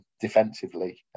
defensively